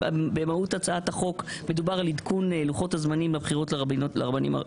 במהות הצעת החוק מדובר על עדכון לוחות הזמנים בבחירות לרבנות